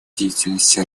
деятельности